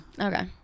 Okay